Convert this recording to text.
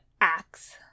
Axe